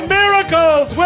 miracles